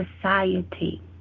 society